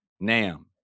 NAM